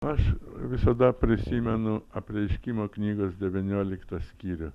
aš visada prisimenu apreiškimo knygos devynioliktą skyrių